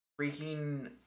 Freaking